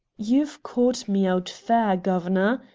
you've caught me out fair, governor,